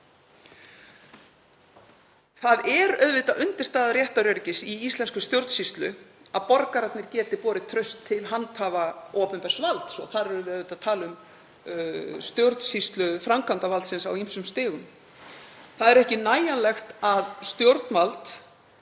Það er auðvitað undirstaða réttaröryggis í íslenskri stjórnsýslu að borgararnir geti borið traust til handhafa opinbers valds og þar erum við auðvitað að tala um stjórnsýslu framkvæmdarvaldsins á ýmsum stigum. Það er ekki nægjanlegt að stjórnvald